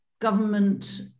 government